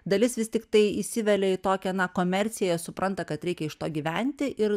dalis vis tiktai įsivelia į tokią na komerciją jie supranta kad reikia iš to gyventi ir